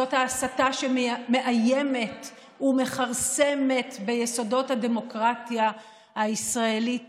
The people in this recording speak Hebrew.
זאת ההסתה שמאיימת ומכרסמת ביסודות הדמוקרטיה הישראלית